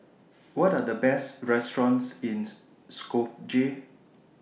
What Are The Best restaurants in Skopje